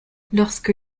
lorsque